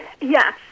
yes